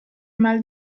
mal